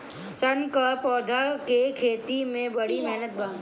सन क पौधा के खेती में बड़ी मेहनत बा